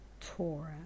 Torah